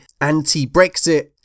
anti-Brexit